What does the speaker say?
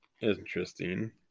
interesting